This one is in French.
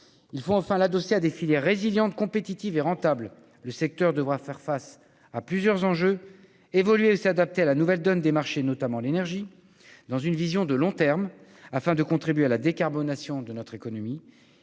Il faut enfin l'adosser à des filières résilientes, compétitives et rentables. Le secteur devra faire face à plusieurs enjeux : évoluer et s'adapter à la nouvelle donne des marchés, notamment de l'énergie, dans une vision de long terme, afin de contribuer à la décarbonation de notre économie.